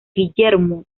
guillermo